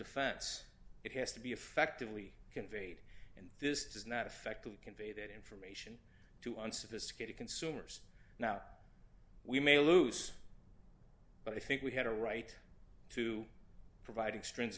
defense it has to be effectively conveyed and this does not affect to convey that information to unsophisticated consumers now we may lose but i think we had a right to provid